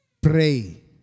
pray